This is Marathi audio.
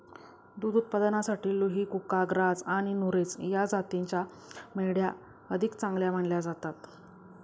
दुध उत्पादनासाठी लुही, कुका, ग्राझ आणि नुरेझ या जातींच्या मेंढ्या अधिक चांगल्या मानल्या जातात